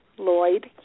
lloyd